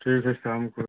ठीक है शाम को